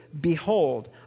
behold